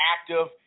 active